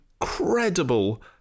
incredible